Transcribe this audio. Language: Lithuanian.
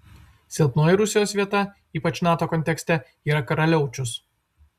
silpnoji rusijos vieta ypač nato kontekste yra karaliaučius